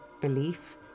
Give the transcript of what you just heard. belief